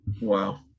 Wow